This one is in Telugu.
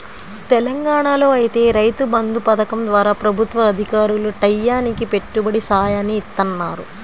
తెలంగాణాలో ఐతే రైతు బంధు పథకం ద్వారా ప్రభుత్వ అధికారులు టైయ్యానికి పెట్టుబడి సాయాన్ని ఇత్తన్నారు